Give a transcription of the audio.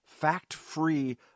fact-free